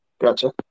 Gotcha